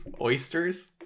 Oysters